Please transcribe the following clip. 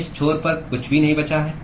इस छोर पर कुछ भी नहीं बचा है